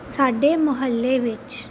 ਸਾਡੇ ਮੁਹੱਲੇ ਵਿੱਚ